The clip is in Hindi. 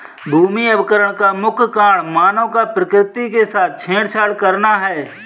भूमि अवकरण का मुख्य कारण मानव का प्रकृति के साथ छेड़छाड़ करना है